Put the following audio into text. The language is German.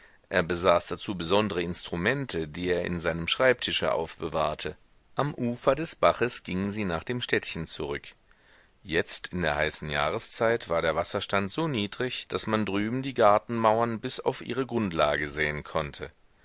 er besaß dazu besondre instrumente die er in seinem schreibtische aufbewahrte am ufer des baches gingen sie nach dem städtchen zurück jetzt in der heißen jahreszeit war der wasserstand so niedrig daß man drüben die gartenmauern bis auf ihre grundlage sehen konnte